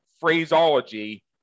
phraseology